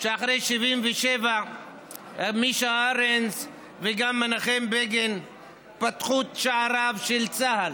שאחרי 1977 מישה ארנס וגם מנחם בגין פתחו את שעריו של צה"ל,